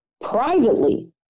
privately